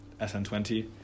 SN20